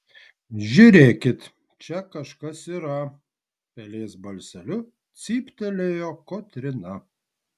žiūrėkit čia kažkas yra pelės balseliu cyptelėjo kotryna